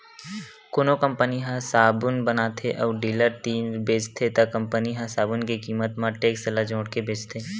कोनो कंपनी ह साबून बताथे अउ डीलर तीर बेचथे त कंपनी ह साबून के कीमत म टेक्स ल जोड़के बेचथे